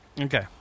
Okay